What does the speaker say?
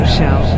Show